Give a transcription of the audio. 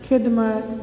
खिदमत